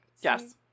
Yes